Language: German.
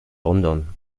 london